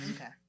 okay